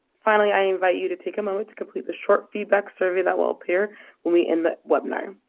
finally, i invite you to take a moment to complete the short feedback survey that will appear when we end the webinar.